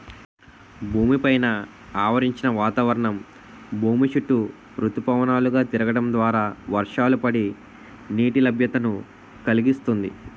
భూమి పైన ఆవరించిన వాతావరణం భూమి చుట్టూ ఋతుపవనాలు గా తిరగడం ద్వారా వర్షాలు పడి, నీటి లభ్యతను కలిగిస్తుంది